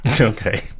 Okay